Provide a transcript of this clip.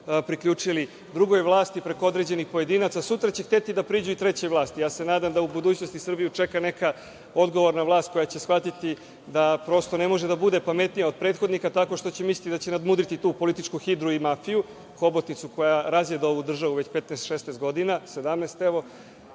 priključili drugoj vlasti preko određenih pojedinaca, sutra će hteti da priđu i trećoj vlasti. Nadam se da u budućnosti Srbiju čeka neka odgovorna vlast koja će shvatiti da prosto ne može da bude pametnija od prethodnika tako što će misliti da će nadmudriti tu političku hidru i mafiju, hobotnicu koja razjeda ovu državu već 15, 16 godina, evo